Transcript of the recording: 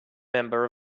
member